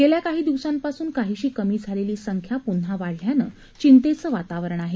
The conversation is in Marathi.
गेल्या काही दिवसांपासून काहीशी कमी झालेली संख्या प्न्हा वाढल्यानं चिंतेचं वातावरण आहे